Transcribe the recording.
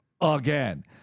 again